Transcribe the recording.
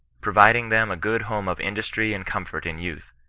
providing them a good home of industry and comfort in youth,